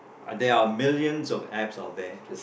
there are millions of apps out there